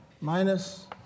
minus